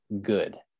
good